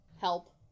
help